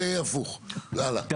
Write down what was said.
לא, לא.